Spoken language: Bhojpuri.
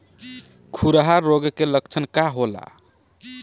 खुरहा रोग के लक्षण का होला?